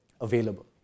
available